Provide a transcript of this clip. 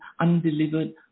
undelivered